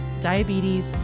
diabetes